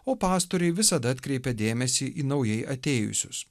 o pastoriai visada atkreipia dėmesį į naujai atėjusius